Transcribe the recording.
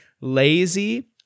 Lazy